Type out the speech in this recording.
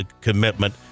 commitment